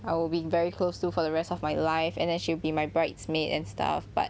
I will be very close to for the rest of my life and then she'll be my bridesmaid and stuff but